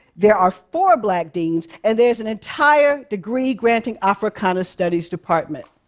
there are four black deans, and there's an entire degree-granting africana studies department.